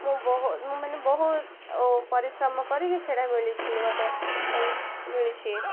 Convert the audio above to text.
ମୁଁ ମୁଁ ମାନେ ବହୁତ ପରିଶ୍ରମ କରିକି ସେଇଟା ମିଳିଛିି ମୋତେ ମିଳିଛି